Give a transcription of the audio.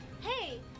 Hey